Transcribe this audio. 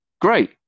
Great